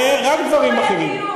אני רואה רק דברים אחרים.